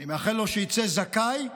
אני מאחל לו שיצא זכאי,